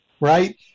Right